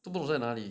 都不懂在那里